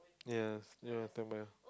ya ya don't mind